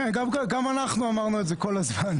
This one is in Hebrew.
גם אנחנו אמרנו את זה כל הזמן.